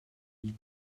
ils